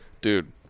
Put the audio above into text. Dude